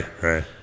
Right